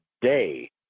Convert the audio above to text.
day